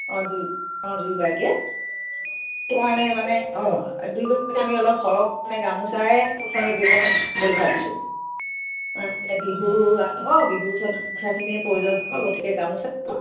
অঁ দুই অঁ দুয়োগৰাকীয়ে সেইটো কাৰণে মানে অঁ দুয়োগৰাকীয়ে আমি অলপ সৰহকৈ মানে গামোচায়ে প্ৰথমে ব'ম বুলি ভাবিছোঁ অঁ এই বিহু আহিব বিহুৰ ওচৰত গামোচাখিনি প্ৰয়োজন হ'ব গতিকে গামোচাখন